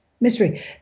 mystery